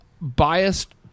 biased